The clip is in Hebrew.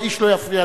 ואיש לא יפריע,